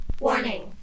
Warning